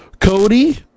Cody